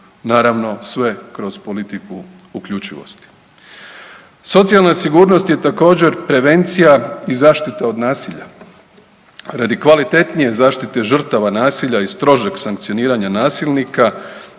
Naravno, sve kroz politiku uključivosti. Socijalna sigurnost je također, prevencija i zaštita od nasilja. Radi kvalitetnije zaštite žrtava nasilja i strožeg sankcioniranja nasilnika,